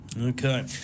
Okay